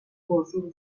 włosów